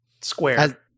Square